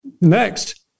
next